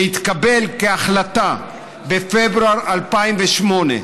שהתקבל כהחלטה בפברואר 2008,